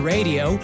Radio